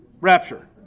rapture